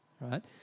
right